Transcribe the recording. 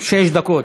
שש דקות.